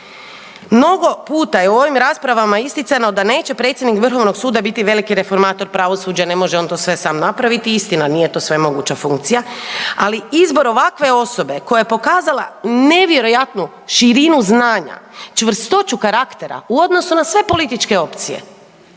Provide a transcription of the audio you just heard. Mnogo puta je u ovim raspravama isticano da neće predsjednik VSRH biti veliki reformator pravosuđa, ne može on to sve sam napraviti, istina, nije to svemoguća funkcija, ali izbor ovakve osobe koja je pokazala nevjerojatnu širinu znanja, čvrstoću karaktera u odnosu na sve političke opcije,